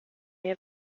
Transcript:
have